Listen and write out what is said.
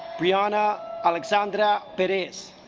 brianna alexandra but is